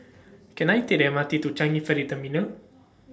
Can I Take The M R T to Changi Ferry Terminal